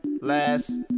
last